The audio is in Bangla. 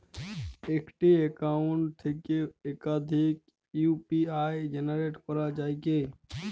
একটি অ্যাকাউন্ট থেকে একাধিক ইউ.পি.আই জেনারেট করা যায় কি?